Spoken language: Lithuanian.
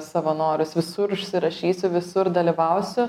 savanorius visur užsirašysiu visur dalyvausiu